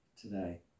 today